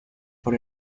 por